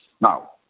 Now